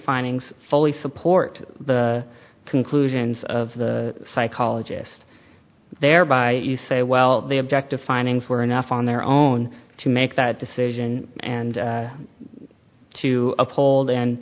findings fully support the conclusions of the psychologist thereby you say well the objective findings were enough on their own to make that decision and to uphold and